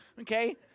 okay